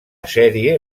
sèrie